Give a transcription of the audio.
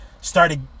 started